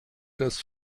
das